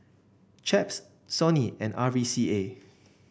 Chaps Sony and R V C A